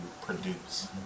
produce